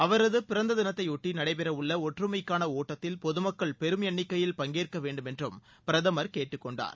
அவரது பிறந்த தினத்தையொட்டி நடைபெறவுள்ள ஒற்றுமைக்கான ஒட்டத்தில் பொதுமக்கள் பெரும் எண்ணிக்கையில் பங்கேற்க வேண்டும் என்றும் பிரதமர் கேட்டுக் கொண்டார்